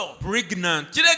pregnant